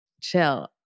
chill